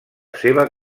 seva